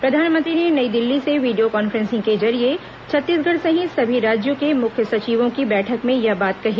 प्रधानमंत्री ने नई दिल्ली से वीडियो कॉन्फ्रेंसिंग के जरिये छत्तीसगढ़ सहित सभी राज्यों के मुख्य सचिवों की बैठक में यह बात कही